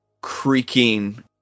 creaking